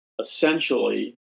essentially